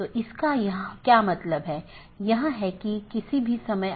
तो यह एक सीधे जुड़े हुए नेटवर्क का परिदृश्य हैं